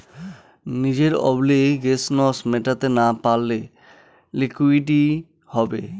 নিজের অব্লিগেশনস মেটাতে না পারলে লিকুইডিটি হবে